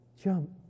jump